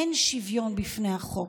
אין שוויון בפני החוק.